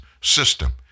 system